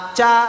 Cha